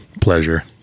pleasure